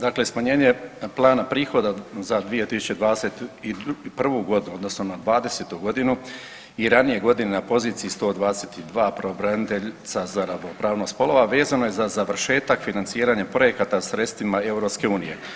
Dakle smanjenje plana prihoda za 2021. godinu, odnosno na 20. godinu i ranije godine na poziciji 122 Pravobraniteljica za ravnopravnost spolova, vezano je za završetak financiranja projekata sredstvima EU.